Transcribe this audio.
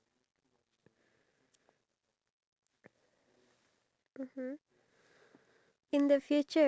to get the husband to try and fight for that wife for a matter of maybe one to three days